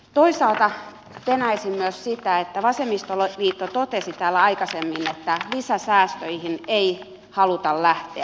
toisaalta penäisin myös sitä kun vasemmistoliitto totesi täällä aikaisemmin että lisäsäästöihin ei haluta lähteä